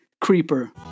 Creeper